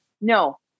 no